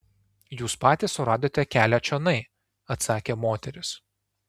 jūs patys suradote kelią čionai atsakė moteris